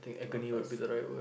to a person